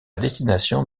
destination